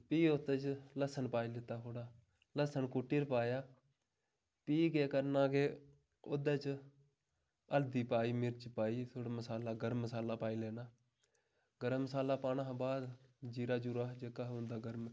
फ्ही ओह्दे च लस्सन पाई लैता थोहड़ा लस्सन कुट्टियै पाया फ्ही केह् करना कि ओह्दे च हल्दी पाई मिरच पाई थोह्ड़ा मसाला गरम मसाला पाई लैना गरम मसाला पाना हा बाद जीरा जुरा जेह्का होंदा गरम